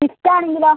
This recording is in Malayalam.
സ്വിഫ്റ്റ് ആണെങ്കിലോ